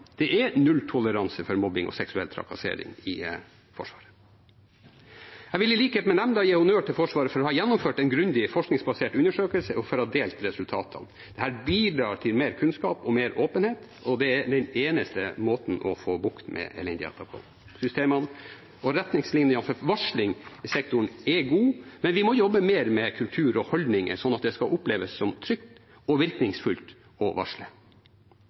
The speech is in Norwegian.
Det er nulltoleranse for mobbing og seksuell trakassering i Forsvaret. Jeg vil i likhet med nemnda gi honnør til Forsvaret for å ha gjennomført en grundig, forskningsbasert undersøkelse og for å ha delt resultatene. Her bidrar man til mer kunnskap og mer åpenhet, og det er den eneste måten å få bukt med elendigheten på. Systemene og retningslinjene for varsling i sektoren er god, men vi må jobbe mer med kultur og holdninger, slik at det oppleves trygt og virkningsfullt å varsle.